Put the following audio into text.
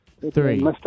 Three